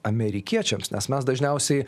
amerikiečiams nes mes dažniausiai